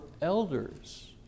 elders